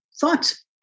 thoughts